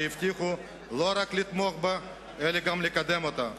שהבטיחו לא רק לתמוך בה אלא גם לקדם אותה.